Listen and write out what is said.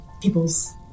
people's